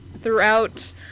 throughout